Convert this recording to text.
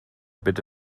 bitte